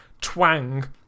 twang